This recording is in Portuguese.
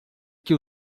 que